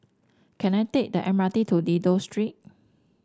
can I take the M R T to Dido Street